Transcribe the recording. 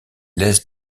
laisse